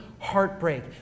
heartbreak